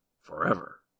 forever